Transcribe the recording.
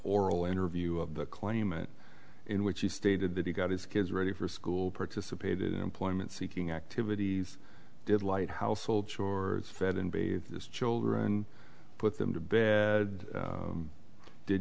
oral interview of the claimant in which he stated that he got his kids ready for school participated in employment seeking activities did light household chores fed and bathed his children put them to bed